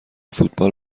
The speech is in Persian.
فوتبال